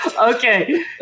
Okay